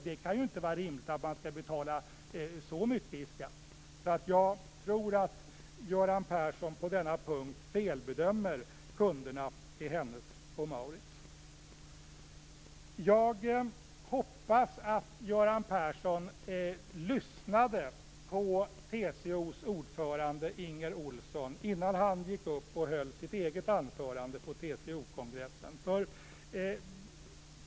Det kan inte vara rimligt att man skall betala så mycket i skatt. Jag tror att Göran Persson på denna punkt felbedömer kunderna hos Hennes & Mauritz. Jag hoppas att Göran Persson lyssnade på TCO:s ordförande Inger Olsson innan han höll sitt eget anförande på TCO-kongressen.